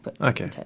Okay